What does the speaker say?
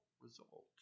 result